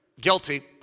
guilty